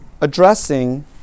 addressing